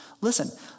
Listen